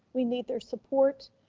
we need their support.